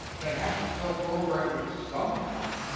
they have to fill programming somehow.